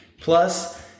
Plus